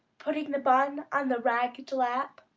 putting the bun on the ragged lap,